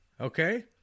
Okay